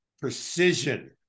precision